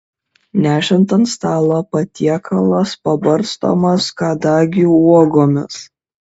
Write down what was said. nešant ant stalo patiekalas pabarstomas kadagių uogomis